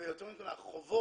ויותר נכון החובות